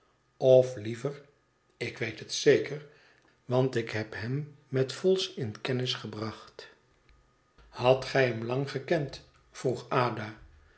of liever ik weet het zeker want ik heb hem met vholes in kennis gebracht hadt gij hem lang gekend vroeg